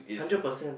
hundred percent